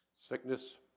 sickness